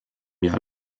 jahr